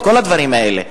את כל הדברים האלה.